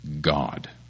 God